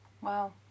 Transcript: Wow